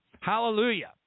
Hallelujah